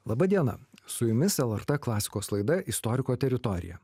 laba diena su jumis lrt klasikos laida istoriko teritorija